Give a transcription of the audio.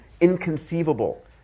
inconceivable